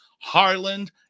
Harland